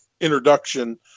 introduction